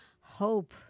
Hope